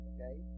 Okay